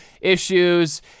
issues